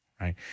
right